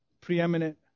preeminent